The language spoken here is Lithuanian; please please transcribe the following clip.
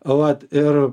vat ir